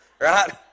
right